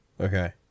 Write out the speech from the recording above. Okay